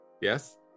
Yes